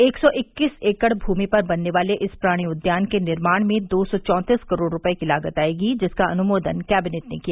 एक सौ इक्कीस एकड़ भूमि पर बनने वाले इस प्राणि उद्यान के निर्माण में दो सौ चौतीस करोड़ रूपये की लागत आएगी जिसका अनुमोदन कैबिनेट ने किया